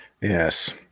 Yes